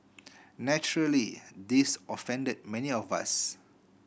naturally this offended many of us